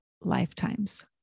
lifetimes